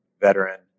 veteran